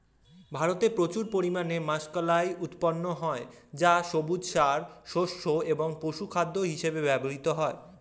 ভারতে প্রচুর পরিমাণে মাষকলাই উৎপন্ন হয় যা সবুজ সার, শস্য এবং পশুখাদ্য হিসেবে ব্যবহৃত হয়